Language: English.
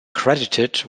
credited